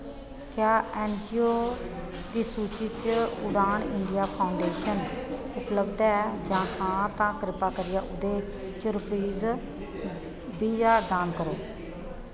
क्या ऐन्न जी ओ दी सूची च उड़ान इंडिया फाउंडेशन उपलब्ध ऐ जां हां तां कृपा करियै ओह्दे च रूपीज बीह् ज्हार दान करो